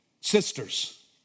sisters